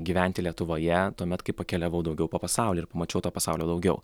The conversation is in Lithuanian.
gyventi lietuvoje tuomet kai pakeliavau daugiau po pasaulį ir pamačiau to pasaulio daugiau